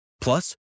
Plus